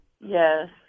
Yes